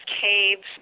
caves